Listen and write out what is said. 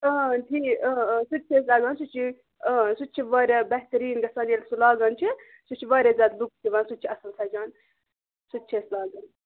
اۭں ٹھیٖک اۭں اۭں سُہ تہِ چھِ أسۍ لَگاوان سُہ چھِ اۭں سُہ تہِ چھِ واریاہ بہتریٖن گَژھان ییٚلہِ سُہ لاگان چھِ سُہ چھِ واریاہ زیادٕ لُک دِوان سُہ تہِ چھِ اَصٕل سَجان سُہ تہِ چھِ أسۍ لاگان